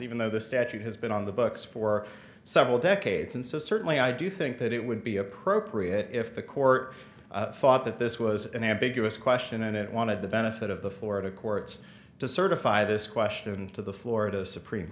even though the statute has been on the books for several decades and so certainly i do think that it would be appropriate if the court thought that this was an ambiguous question and it wanted the benefit of the florida courts to certify this question to the florida supreme